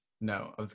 No